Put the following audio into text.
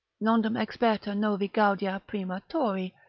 nondum experta novi gaudia prima tori.